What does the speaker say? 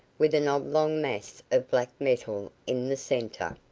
with an oblong mass of black metal in the centre.